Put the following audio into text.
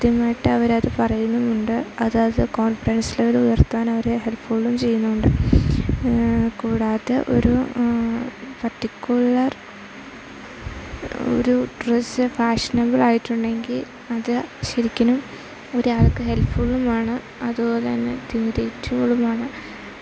കൃത്യമായിട്ട് അവരത് പറയുന്നുമുണ്ട് അതായത് കോൺഫിഡൻസ് ലെവൽ ഉയർത്താൻ അവർ ഹെൽപ്ഫുള്ളും ചെയ്യുന്നുണ്ട് കൂടാതെ ഒരു പർട്ടിക്കുലർ ഒരു ഡ്രസ്സ് ഫാഷനബിളായിട്ടുണ്ടെങ്കിൽ അത് ശരിക്കിനും ഒരാൾക്ക് ഹെൽപ്ഫുള്ളുമാണ് അതുപോലെതന്നെ